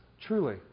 truly